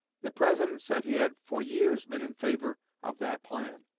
the president said he had for years been in favor of that plan.